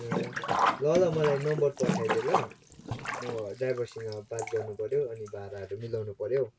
ए ल ल मलाई नम्बर पठाइ दे ल म ड्राइभरसँग बात मार्नुपर्यो अनि भाडाहरू मिलाउनु पर्यौ